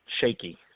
shaky